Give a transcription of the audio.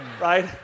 right